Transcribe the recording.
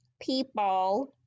people